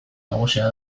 nagusia